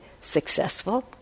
successful